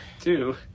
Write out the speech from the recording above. Two